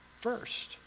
first